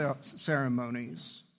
ceremonies